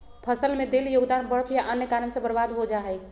फसल में देल योगदान बर्फ या अन्य कारन से बर्बाद हो जा हइ